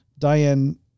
Diane